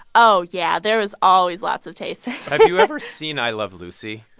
oh, yeah. there was always lots of tasting have you ever seen i love lucy?